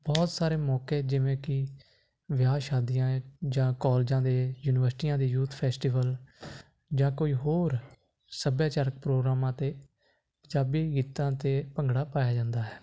ਬਹੁਤ ਸਾਰੇ ਮੌਕੇ ਜਿਵੇਂ ਕਿ ਵਿਆਹ ਸ਼ਾਦੀਆਂ ਜਾਂ ਕਾਲਜਾਂ ਦੇ ਯੂਨੀਵਰਸਿਟੀਆਂ ਦੇ ਯੂਥ ਫੈਸਟੀਵਲ ਜਾਂ ਕੋਈ ਹੋਰ ਸੱਭਿਆਚਾਰਕ ਪ੍ਰੋਗਰਾਮਾਂ ਅਤੇ ਪੰਜਾਬੀ ਗੀਤਾਂ 'ਤੇ ਭੰਗੜਾ ਪਾਇਆ ਜਾਂਦਾ ਹੈ